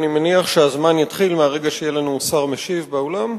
אני מניח שהזמן יתחיל מהרגע שיהיה לנו שר משיב באולם.